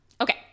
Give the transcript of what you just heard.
Okay